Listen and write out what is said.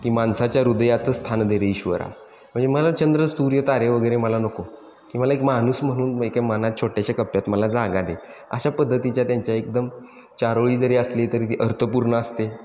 की माणसाच्या हृदयात स्थान दे रे ईश्वरा म्हणजे मला चंद्र सूर्य तारे वगैरे मला नको की मला एक माणूस म्हणून एक मनात छोट्याशा कप्यात मला जागा दे अशा पद्धतीच्या त्यांच्या एकदम चारोळी जरी असली तरी ती अर्थपूर्ण असते